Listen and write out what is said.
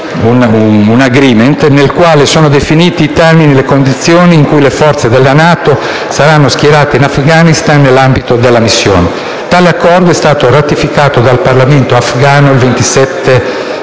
agreement, nel quale sono definiti i termini e le condizioni in cui le forze della NATO saranno schierate in Afghanistan nell'ambito della missione. Tale accordo è stato ratificato dal Parlamento afgano il 27 novembre